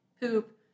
poop